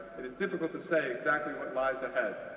it is difficult to say exactly what lies ahead,